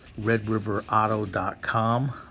RedRiverAuto.com